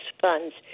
funds